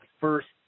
first